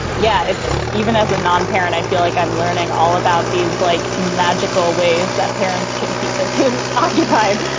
yeah it's even as a non parent, i feel like i'm learning all about these like magical ways that parents can keep their kids occupied.